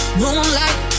moonlight